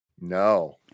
No